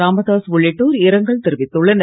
இராமதாஸ் உள்ளிட்டோர் இரங்கல் தெரிவித்துள்ளனர்